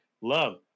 love